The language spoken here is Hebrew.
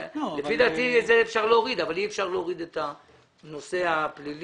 לפי דעתי את זה אפשר להוריד אבל אי אפשר להוריד את הנושא הפלילי.